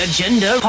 Agenda